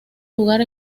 lugar